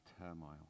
turmoil